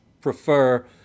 prefer